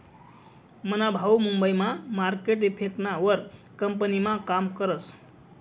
मना भाऊ मुंबई मा मार्केट इफेक्टना वर कंपनीमा काम करस